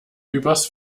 übers